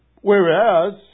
Whereas